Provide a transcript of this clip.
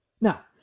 Now